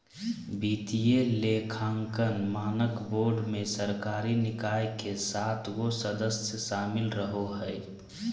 वित्तीय लेखांकन मानक बोर्ड मे सरकारी निकाय के सात गो सदस्य शामिल रहो हय